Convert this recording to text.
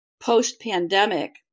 post-pandemic